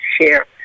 share